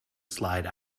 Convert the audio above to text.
slide